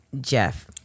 Jeff